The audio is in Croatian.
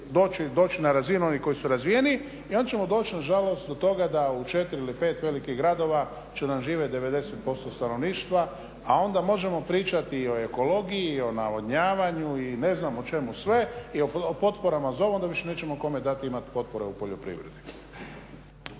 doći na razinu onih koji su razvijeniji. I onda ćemo doći nažalost do toga da u četiri ili pet velikih gradova će nam živjeti 90% stanovništva. A onda možemo pričati i o ekologiji i o navodnjavanju i ne znam o čemu sve i o potporama za ovo onda više nećemo kome dati, imati potpore u poljoprivredi.